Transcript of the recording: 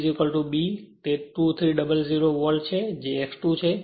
BCB તે 2300 volt છે જે X2 છે